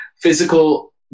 physical